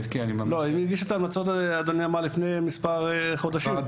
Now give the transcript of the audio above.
אם היא הגישה את המלצות אדוני אמר לפני מספר חודשים.